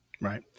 Right